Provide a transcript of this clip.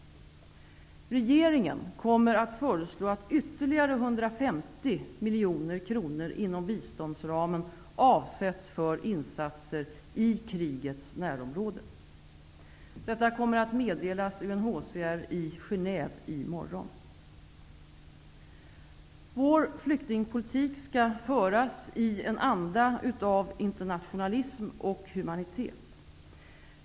Regeringen kommer att föreslå att ytterligare 150 miljoner kronor inom biståndsramen avsätts för insatser i krigets närområde. Detta kommer att meddelas UNHCR i Genève i morgon. Vår flyktingpolitik skall föras i en anda av internationalism och humanitet.